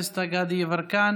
דסטה גדי יברקן,